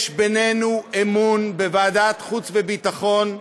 בוועדת חוץ וביטחון,